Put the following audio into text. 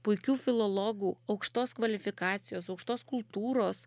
puikių filologų aukštos kvalifikacijos aukštos kultūros